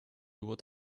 what